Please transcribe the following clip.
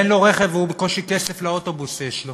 ואין לו רכב, ובקושי כסף לאוטובוס יש לו.